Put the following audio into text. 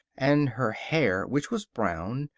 and her hair, which was brown,